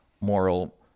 moral